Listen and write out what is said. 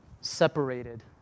separated